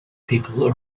people